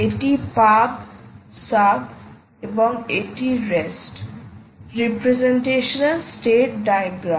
এটি pub sub এবং এটি REST রিপ্রেসেন্টেশনাল স্টেট ডায়াগ্রাম